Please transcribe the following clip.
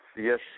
yes